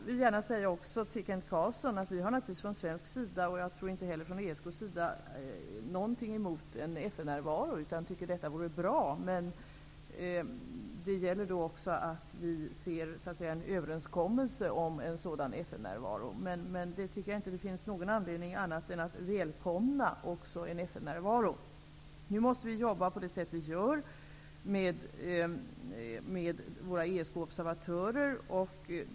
Till Kent Carlsson vill jag gärna säga att vi naturligtvis inte från svensk sida, och jag tror inte heller från ESK:s sida, har någonting emot en FN närvaro. Det vore bra. Men det gäller att vi ser en överenskommelse om en sådan FN-närvaro. Det finns dock ingen anledning annat än att välkomna också en FN-närvaro. Nu måste vi jobba på det sätt som vi gör med våra ESK-observatörer.